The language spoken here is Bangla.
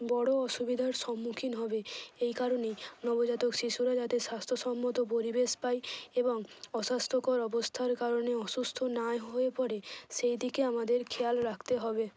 বড় অসুবিধার সম্মুখীন হবে এই কারণেই নবজাতক শিশুরা যাতে স্বাস্থ্যসম্মত পরিবেশ পায় এবং অসাস্থ্যকর অবস্থার কারণে অসুস্থ না হয়ে পড়ে সেই দিকে আমাদের খেয়াল রাখতে হবে